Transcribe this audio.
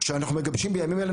שאנחנו מגבשים בימים אלה,